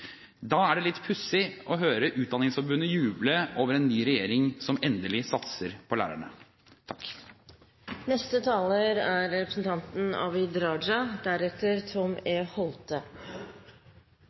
Da er det litt pussig å høre Utdanningsforbundet juble over en ny regjering som endelig satser på lærerne. Norge står overfor store utfordringer i transportsektoren. Det er